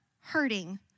hurting